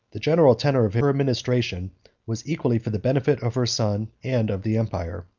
the general tenor of her administration was equally for the benefit of her son and of the empire.